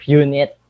unit